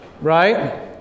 Right